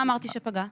מה אמרתי שפגע?